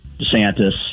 DeSantis